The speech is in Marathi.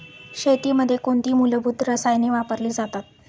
शेतीमध्ये कोणती मूलभूत रसायने वापरली जातात?